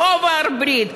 לא עבר ברית?